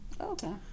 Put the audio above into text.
Okay